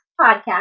podcast